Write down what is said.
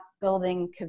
building